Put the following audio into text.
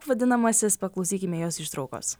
vadinamasis paklausykime jos ištraukos